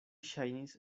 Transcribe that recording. ŝajnis